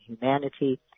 humanity